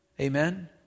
Amen